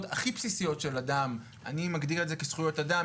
הכי בסיסיות של אדם אני מגדיר את זה כזכויות אדם,